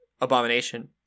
Abomination